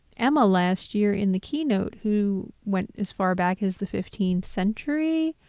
emma, last year in the keynote, who went as far back as the fifteenth century,